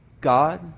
God